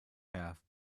path